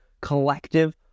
collective